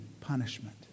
punishment